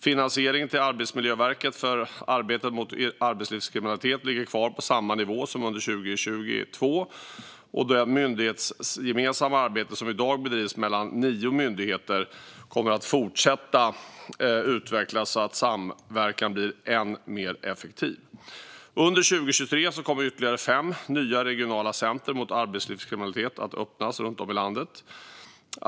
Finansieringen till Arbetsmiljöverket för arbetet mot arbetslivskriminalitet ligger kvar på samma nivå som under 2022, och det myndighetsgemensamma arbete som i dag bedrivs mellan nio myndigheter kommer att fortsätta utvecklas så att samverkan blir än mer effektiv. Under 2023 kommer ytterligare fem nya regionala center mot arbetslivskriminalitet att öppna runt om i landet.